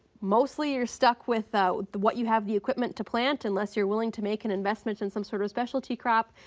mostly you're stuck with what you have the equipment to plant unless you're willing to make an investment in some sort of a specialty crop.